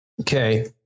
Okay